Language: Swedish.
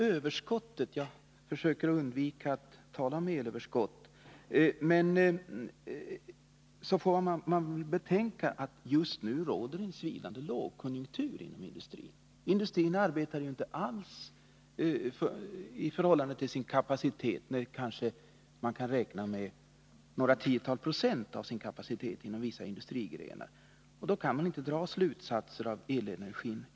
överskottet — jag försöker undvika att tala om elöverskott — får man betänka att det just nu råder en svidande lågkonjunktur inom industrin. Den arbetar inte alls för full kapacitet. Man kan kanske för vissa näringsgrenar räkna med att den arbetar med bara några tiotal procent av sin kapacitet. Man kan därför inte dra några slutsatser av dagens elenergibehov.